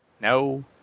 No